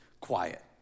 quiet